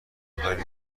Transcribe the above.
خیلی